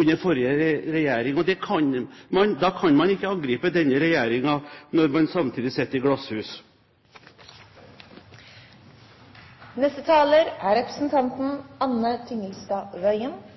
under forrige regjering. Man kan ikke angripe denne regjeringen når man samtidig sitter i glasshus. Jeg måtte bare gi uttrykk for litt forbauselse over innlegget fra representanten